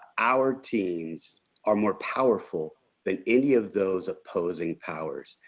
our teams are more powerful than any of those opposing powers.